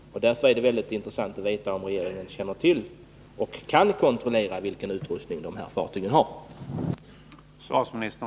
Därför vore det intressant att veta om regeringen känner till och kan kontrollera vilken utrustning fartygen har.